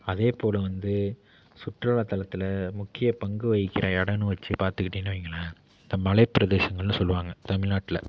அதேப்போல வந்து சுற்றுலா தலத்தில் முக்கிய பங்கு வகிக்கிற இடம்னு வச்சு பார்த்துக்கிட்டிங்கன்னு வையுங்களேன் இந்த மலை பிரதேசங்கள்னு சொல்லுவாங்க தமிழ்நாட்டில்